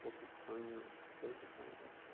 প্ৰশিক্ষণ লৈ থকা অৱস্থাত